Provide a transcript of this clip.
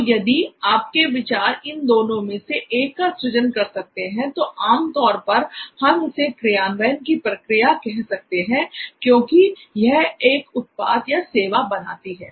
तो यदि आपके विचार इन दोनों में से एक का सृजन कर सकते हैं तो आमतौर पर हम इसे क्रियान्वयन की प्रक्रिया कह सकते हैं क्योंकि यह एक उत्पाद या सेवा बनाती है